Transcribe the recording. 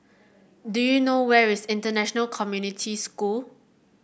do you know where is International Community School